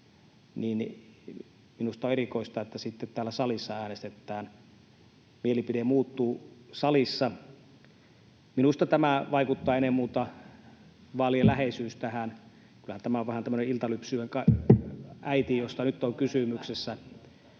minusta on erikoista, että sitten täällä salissa äänestetään, mielipide muuttuu salissa. Minusta tähän vaikuttaa ennen muuta vaalien läheisyys. Kyllähän tämä on vähän tämmöinen iltalypsyjen äiti, [Leena Meri: